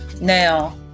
now